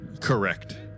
Correct